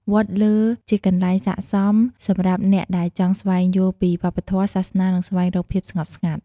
វត្តលើជាកន្លែងស័ក្តិសមសម្រាប់អ្នកដែលចង់ស្វែងយល់ពីវប្បធម៌ សាសនា និងស្វែងរកភាពស្ងប់ស្ងាត់។